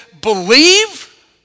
believe